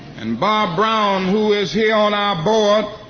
and bob brown, who is here on our board